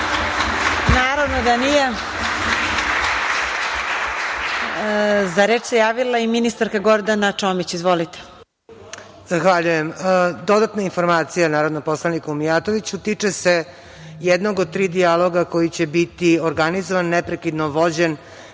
Naravno da nije.Za reč se javila ministarka Gordana Čomić. **Gordana Čomić** Zahvaljujem. Dodatna informacija narodnom poslaniku Mijatoviću. Tiče se jednog od tri dijaloga koji će biti organizovano neprekidno vođen